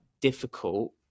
difficult